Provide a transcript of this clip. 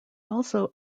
also